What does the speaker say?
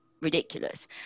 ridiculous